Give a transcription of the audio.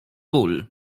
ból